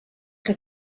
que